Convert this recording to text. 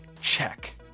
Check